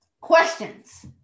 Questions